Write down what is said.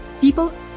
People